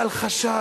אל חשש.